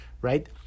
right